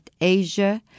Asia